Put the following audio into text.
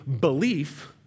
belief